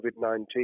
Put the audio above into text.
COVID-19